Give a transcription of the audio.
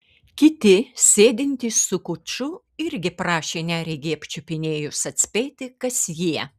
kiti sėdintys su kuču irgi prašė neregį apčiupinėjus atspėti kas jie